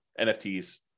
NFTs